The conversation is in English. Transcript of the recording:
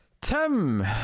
Tim